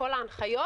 כל ההנחיות